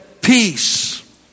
peace